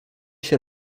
się